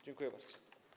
Dziękuję bardzo.